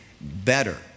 better